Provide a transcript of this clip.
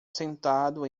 sentado